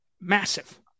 massive